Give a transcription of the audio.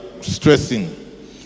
stressing